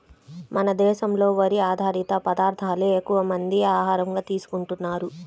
మన దేశంలో వరి ఆధారిత పదార్దాలే ఎక్కువమంది ఆహారంగా తీసుకుంటన్నారు